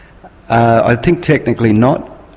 i think technically not.